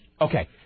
Okay